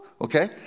okay